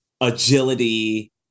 agility